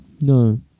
No